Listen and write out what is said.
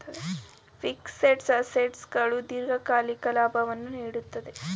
fixed assets ಗಳು ದೀರ್ಘಕಾಲಿಕ ಲಾಭವನ್ನು ನೀಡುತ್ತದೆ